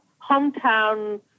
hometown